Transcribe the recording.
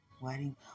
Wedding